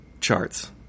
charts